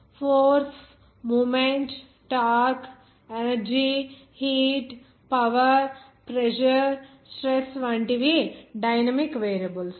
force moment torque energy heat power pressure stress వంటి వి dynamic variables